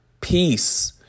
peace